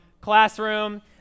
classroom